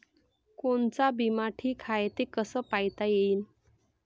कोनचा बिमा ठीक हाय, हे कस पायता येईन?